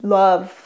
love